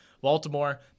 Baltimore